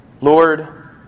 Lord